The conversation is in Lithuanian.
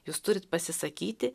jūs turit pasisakyti